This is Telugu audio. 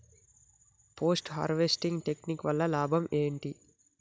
పోస్ట్ హార్వెస్టింగ్ టెక్నిక్ వల్ల లాభం ఏంటి?